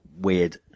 weird